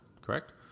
correct